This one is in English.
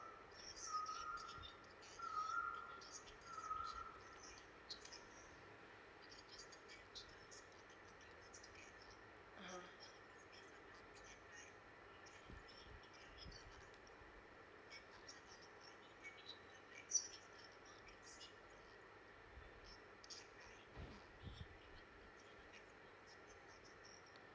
(uh huh)